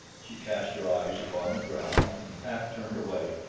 she cast her eyes upon the ground and half turned away.